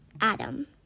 Adam